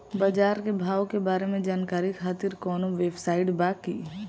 बाजार के भाव के बारे में जानकारी खातिर कवनो वेबसाइट बा की?